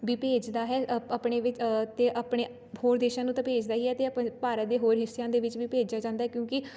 ਵੀ ਭੇਜਦਾ ਹੈ ਅ ਆਪਣੇ ਵਿੱਚ ਅਤੇ ਆਪਣੇ ਹੋਰ ਦੇਸ਼ਾਂ ਨੂੰ ਤਾਂ ਭੇਜਦਾ ਹੀ ਹੈ ਅਤੇ ਅਪ ਭਾਰਤ ਦੇ ਹੋਰ ਹਿੱਸਿਆਂ ਦੇ ਵਿੱਚ ਵੀ ਭੇਜਿਆ ਜਾਂਦਾ ਕਿਉਂਕਿ